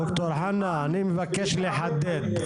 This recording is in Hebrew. ד"ר חנא, אני מבקש לחדד.